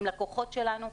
הם לקוחות שלנו.